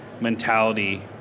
mentality